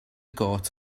got